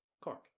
Cork